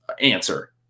answer